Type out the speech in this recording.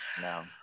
no